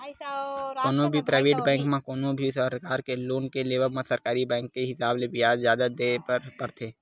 कोनो भी private bank म कोनो भी परकार के लोन के लेवब म सरकारी बेंक के हिसाब ले बियाज जादा देय बर परथे